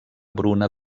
bruna